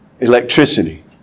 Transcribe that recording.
Electricity